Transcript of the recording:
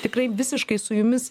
tikrai visiškai su jumis